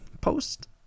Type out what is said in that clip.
post